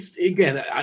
again